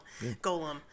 golem